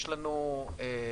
יש לנו הסכמים